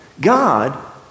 God